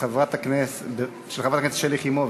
חברת הכנסת שלי יחימוביץ.